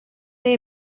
day